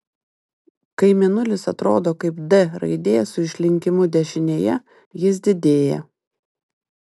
kai mėnulis atrodo kaip d raidė su išlinkimu dešinėje jis didėja